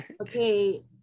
okay